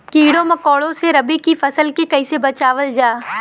कीड़ों मकोड़ों से रबी की फसल के कइसे बचावल जा?